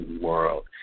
World